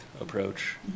approach